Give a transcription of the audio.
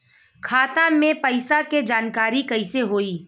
खाता मे पैसा के जानकारी कइसे होई?